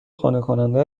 قانعکننده